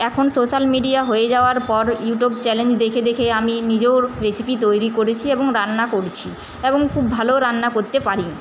এখন social media হয়ে যাওয়ার পর ইউটিউব চ্যানেল দেখে দেখে আমি নিজেও রেসিপি তৈরি করেছি এবং রান্না করছি এবং খুব ভালো রান্না করতে পারি